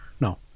no